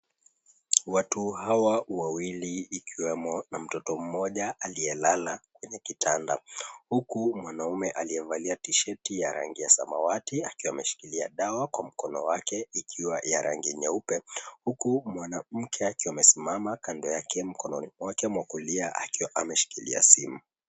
Watu hawa wawili ikiwemo na mtoto mmoja aliyelala kwenye kitanda huku mwanaume aliyevalia tishati ya rangi ya samawati akiwa ameshikilia dawa kwa mkono wake ikiwa ya rangi nyeupe huku mwanamke akiwa amesimama kando yake mkononi mwake wa kulia akiwa ameshikilia simu.